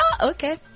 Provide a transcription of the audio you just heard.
Okay